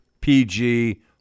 PG